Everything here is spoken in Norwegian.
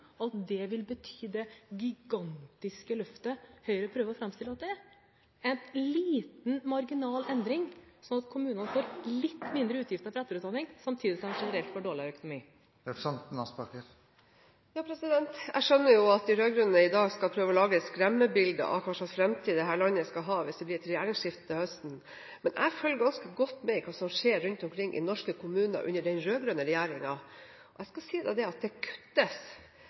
at det vil bety det gigantiske løftet som Høyre prøver å framstille det som – en liten, marginal endring, sånn at kommunene får litt mindre utgifter til etterutdanning, samtidig som de generelt får dårligere økonomi. Jeg skjønner at de rød-grønne i dag skal prøve å lage et skremmebilde av hva slags fremtid dette landet skal ha hvis det blir et regjeringsskifte til høsten, men jeg følger ganske godt med på hva som skjer rundt omkring i norske kommuner under den rød-grønne regjeringen, og jeg skal si det kuttes. Det kuttes i skolen, det kuttes i helse, det kuttes her og det kuttes